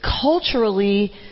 culturally